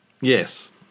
Yes